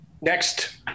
Next